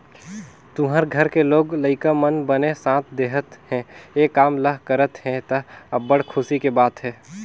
तुँहर घर के लोग लइका मन बने साथ देहत हे, ए काम ल करत हे त, अब्बड़ खुसी के बात हे